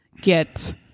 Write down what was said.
get